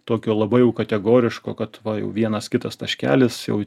tokio labai jau kategoriško kad va jau vienas kitas taškelis jau